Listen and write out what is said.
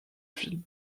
films